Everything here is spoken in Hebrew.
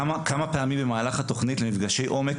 כמה פעמים במהלך התוכנית למפגשי עומק